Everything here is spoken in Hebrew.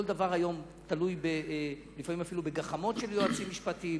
כל דבר היום תלוי אפילו בגחמות של יועצים משפטיים,